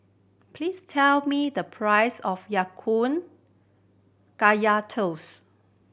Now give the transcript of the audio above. please tell me the price of Ya Kun Kaya Toast